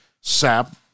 SAP